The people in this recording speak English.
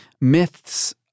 Myths